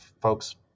folks